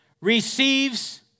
receives